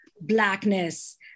blackness